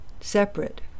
separate